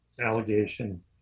allegation